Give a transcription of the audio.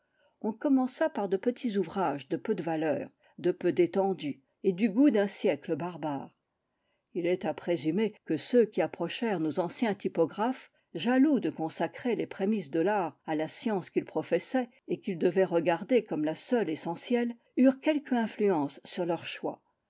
on commença par de petits ouvrages de peu de valeur de peu d'étendue et du goût d'un siècle barbare il est à présumer que ceux qui approchèrent nos anciens typographes jaloux de consacrer les prémices de l'art à la science qu'ils professaient et qu'ils devaient regarder comme la seule essentielle eurent quelque influence sur leur choix